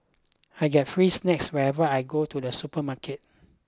I get free snacks whenever I go to the supermarket